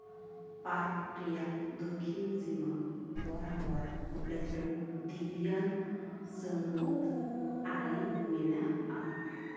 park ᱨᱮᱭᱟᱜ ᱫᱚᱠᱠᱷᱤᱱ ᱥᱤᱢᱟᱹ ᱵᱚᱨᱟᱵᱚᱨ ᱞᱟᱹᱴᱩ ᱫᱷᱤᱨᱤᱭᱟᱱ ᱥᱟᱹᱢᱩᱫᱽ ᱟᱲᱮ ᱢᱮᱱᱟᱜᱼᱟ